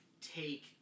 take